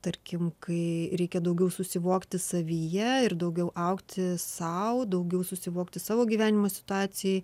tarkim kai reikia daugiau susivokti savyje ir daugiau augti sau daugiau susivokti savo gyvenimo situacijoj